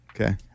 Okay